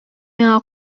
миңа